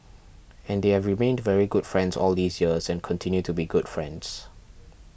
and they have remained very good friends all these years and continue to be good friends